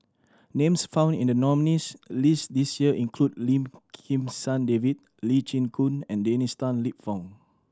names found in the nominees' list this year include Lim Kim San David Lee Chin Koon and Dennis Tan Lip Fong